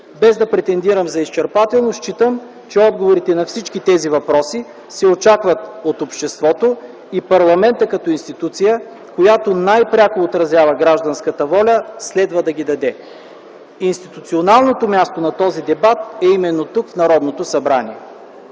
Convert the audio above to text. Без да претендирам за изчерпателност, считам, че отговорите на всички тези въпроси се очакват от обществото и парламентът като институция, която най-пряко отразява гражданската воля, следва да ги даде. Институционалното място на този дебат е именно тук – в Народното събрание.